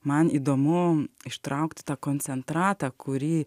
man įdomu ištraukti tą koncentratą kurį